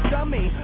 Dummy